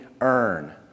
earn